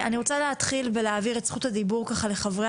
אני רוצה להעביר את רשות הדיבור לחברי